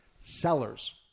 sellers